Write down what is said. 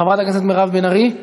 חברת הכנסת מירב בן ארי,